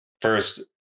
first